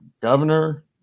governor